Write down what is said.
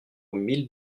mille